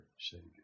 savior